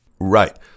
Right